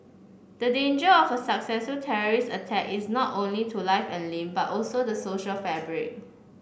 the danger of a successful terrorist attack is not only to life and limb but also the social fabric